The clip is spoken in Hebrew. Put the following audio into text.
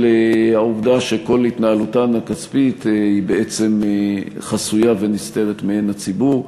העובדה שכל התנהלותן הכספית בעצם חסויה ונסתרת מעין הציבור.